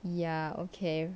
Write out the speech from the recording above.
ya okay